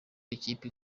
ikipe